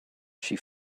she